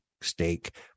steak